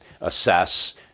assess